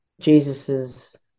Jesus's